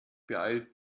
beeilst